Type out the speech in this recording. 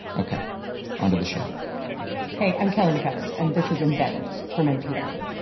ok onto the show hey. i'm kelly mcevers. and this is embedded from npr.